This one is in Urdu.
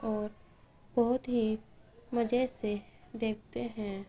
اور بہت ہی مزے سے دیکھتے ہیں